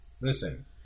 Listen